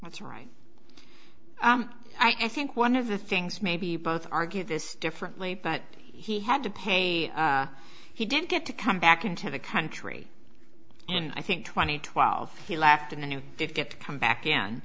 what's right i think one of the things maybe both argue this differently but he had to pay he didn't get to come back into the country and i think twenty twelve he left in a new did get to come back